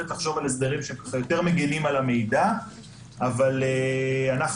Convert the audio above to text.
לחשוב על הסדרים שהם יותר מגנים על המידע אבל אנחנו,